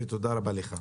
תודה רבה לך.